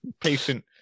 patient